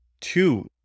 two